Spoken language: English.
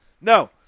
No